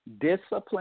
Discipline